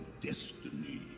destiny